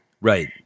Right